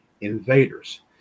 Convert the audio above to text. invaders